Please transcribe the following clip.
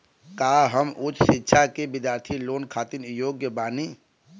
का हम उच्च शिक्षा के बिद्यार्थी लोन खातिर योग्य बानी?